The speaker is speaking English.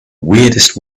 weirdest